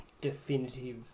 definitive